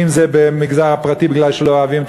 ואם זה במגזר הפרטי בגלל שלא אוהבים את